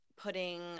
putting